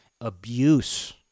abuse